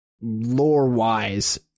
lore-wise